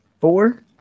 Four